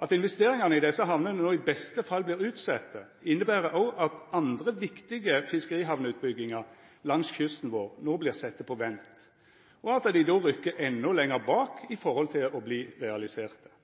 At investeringane i desse hamnene no i beste fall vert utsette, inneber òg at andre viktige fiskerihamnutbyggingar langs kysten vår no vert sette på vent, og at dei då rykkjer enda lenger bak for å verte realiserte.